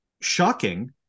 shocking